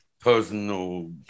personal